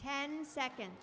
ten second